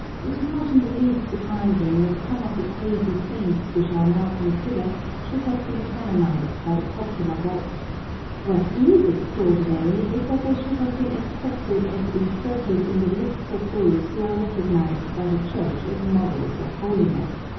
it is not in the least surprising that some of the crazy saints we shall now consider should have been canonised by the popular voice what is extraordinary is that they should have been accepted and inserted in the lists of those who are recognised by the church as models of holiness,